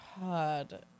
God